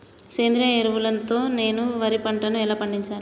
సేంద్రీయ ఎరువుల తో నేను వరి పంటను ఎలా పండించాలి?